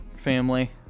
Family